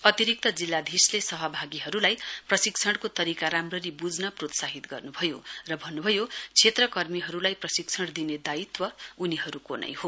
अतिरिक्त जिल्लाधीश सहभागीहरूलाई प्रसिक्षणको तरीका राम्ररी ब्झ्न प्रोत्साहित गर्न्भयो र भन्न्भयो क्षेत्र कर्मीहरूलाई प्रशिक्षण दिने दायित्व उनीहरूको नै हो